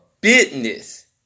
business